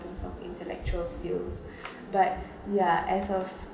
intellectual skill but ya as of